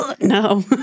No